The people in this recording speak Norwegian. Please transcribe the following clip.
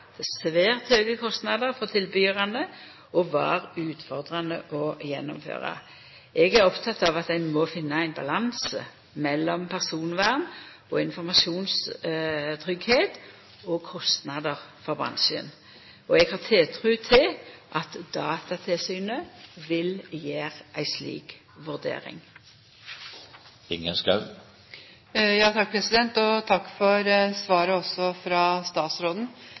svært høge kostnader for tilbydarane og vera utfordrande å gjennomføra. Eg er oppteken av at ein må finna ein balanse mellom personvern og informasjonstryggleik og kostnader for bransjen, og eg har tiltru til at Datatilsynet vil gjera ei slik vurdering.